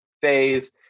phase